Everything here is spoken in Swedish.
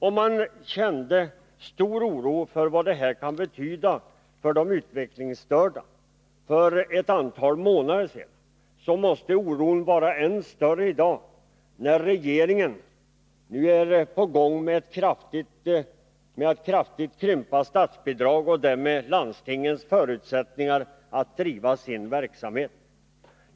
Om man kände stor oro för vad detta kan betyda för de utvecklingsstörda för ett antal månader sedan måste oron vara än större i dag, när regeringen är på gång med att kraftigt krympa statsbidragen och därmed landstingens förutsättningar att driva sin verksamhet.